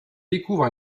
découvre